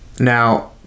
Now